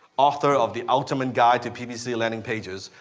author of the ultimate guide to ppc landing pages,